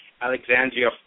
Alexandria